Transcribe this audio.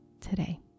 today